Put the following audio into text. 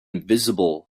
visible